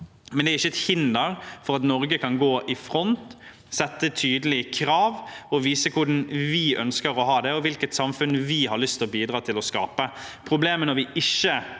men det er ikke et hinder for at Norge kan gå i front, sette tydelige krav og vise hvordan vi ønsker å ha det, og hvilket samfunn vi har lyst til å bidra til å skape.